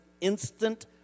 instant